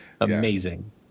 Amazing